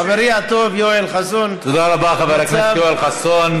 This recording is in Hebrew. חברי הטוב יואל חסון, תודה רבה לחבר הכנסת חסון.